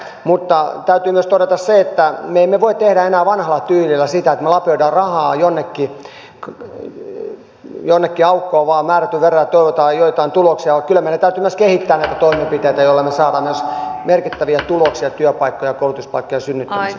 mutta täytyy myös todeta se että me emme voi tehdä enää vanhalla tyylillä sitä että me vain lapiomme rahaa jonnekin aukkoon määrätyn verran ja toivomme joitain tuloksia vaan kyllä meidän täytyy myös kehittää näitä toimenpiteitä joilla me saamme myös merkittäviä tuloksia työpaikkojen ja koulutuspaikkojen synnyttämiseksi